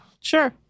Sure